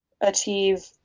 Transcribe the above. achieve